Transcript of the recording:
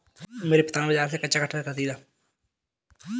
मेरे पिता ने बाजार से कच्चा कटहल खरीदा